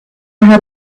had